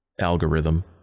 algorithm